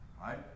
Right